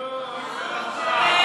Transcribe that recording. נו, באמת.